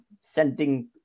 sending